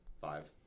five